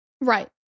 Right